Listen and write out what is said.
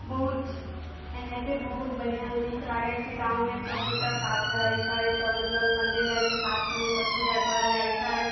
बहुत छै एनाहिते बहुत बढ़िआँ नीक लागैत छै गावँमे सबगोटा साथ रहैत छै सब मतलब मन्दिर जाइत छै साथमे सब पूजा करऽ जाइत छै